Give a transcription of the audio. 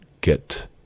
get